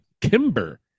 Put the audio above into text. Kimber